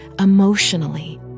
emotionally